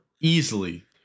easily